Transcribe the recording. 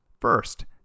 First